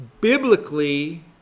biblically